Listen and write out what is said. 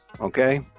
Okay